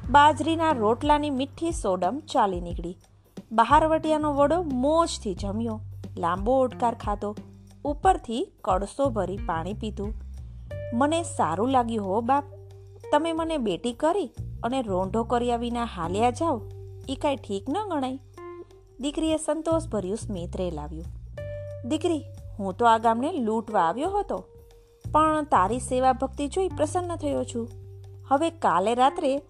બાજરીના રોટલાની મીઠી સોડમ ચાલી નીકળી. બહારવટિયાનો વડો મોજથી જમ્યો, લાંબો ઉડકાર ખાધો, ઉપરથી કળશોભરી પાણી પીધું. "મને સારું લાગ્યું હો, બાપ. તમે મને બેટી કરી અને રોંઢો કર્યા વિના હાલ્યા જાઓ. ઈ કાંઈ ઠીક ન ગણાય." દીકરીએ સંતોષભર્યું સ્મિત રેલાવ્યું. "દીકરી, હું તો આ ગામને લૂંટવા આવ્યો હતો, પણ તારી સેવાભક્તિ જોઈ પ્રસન્ન થયો છું. હવે કાલે રાત્રે